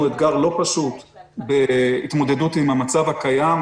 אתגר לא פשוט בהתמודדות עם המצב הקיים,